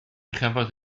chafodd